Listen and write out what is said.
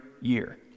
year